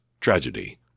tragedy